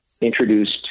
introduced